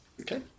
Okay